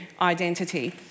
identity